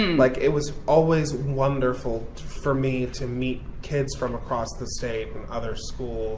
and like, it was always wonderful for me to meet kids from across the state and other schools